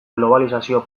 globalizazio